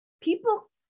people